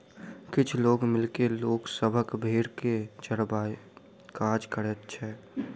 किछ लोक मिल के लोक सभक भेंड़ के चरयबाक काज करैत छै